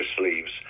sleeves